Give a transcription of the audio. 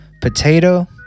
Potato